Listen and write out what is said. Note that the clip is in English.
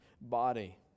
body